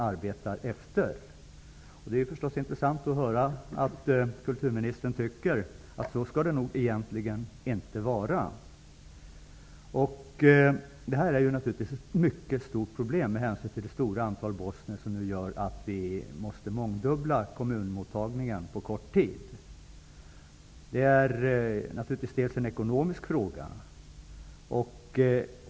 Det är ju intressant att höra att kulturministern tycker att det inte skall vara så. Detta är naturligtvis ett mycket stort problem med tanke på det stora antalet bosnier som nu gör att kommunmottagningen måste mångdubblas på kort tid. Det är förstås en ekonomisk fråga.